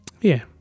Yeah